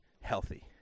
healthy